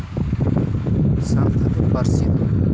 ᱥᱟᱱᱛᱟᱲᱤ ᱯᱟᱹᱨᱥᱤ ᱫᱚ